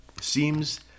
seems